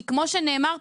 כי כמו שנאמר פה,